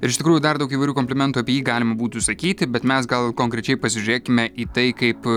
ir iš tikrųjų dar daug įvairių komplimentų apie jį galim būtų sakyti bet mes gal konkrečiai pasižiūrėkime į tai kaip